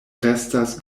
restas